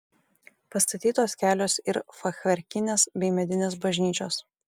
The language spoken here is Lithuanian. pastatytos kelios ir fachverkinės bei medinės bažnyčios